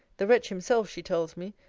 the wretch himself, she tells me,